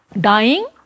Dying